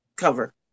Cover